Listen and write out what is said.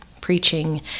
preaching